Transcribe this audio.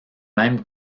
même